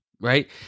right